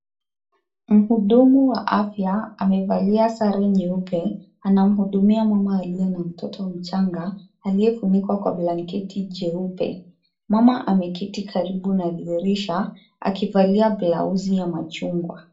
Mhudumu wa afya amevalia sari nyeupe anamhudumia mama aliye na mtoto mchanga aliyefunikwa na blanketi jeupe mama amaketi karibu na dirisha akivalia blauzi ya machugwa.